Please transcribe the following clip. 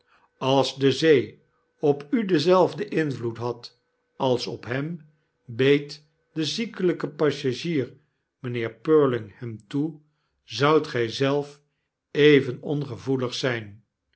als de zee op u denzelfden invloed had als op hem beet de ziekelijke passagier mynheer purling hem toe zoudt gy zelf even ongevoelig zijn